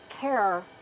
care